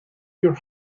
your